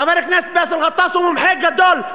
חבר הכנסת באסל גטאס הוא מומחה גדול,